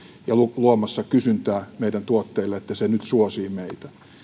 kasvuamme ja luomassa kysyntää meidän tuotteillemme että se nyt suosii meitä